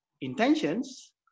intentions